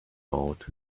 out